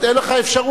אין לך אפשרות,